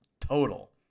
total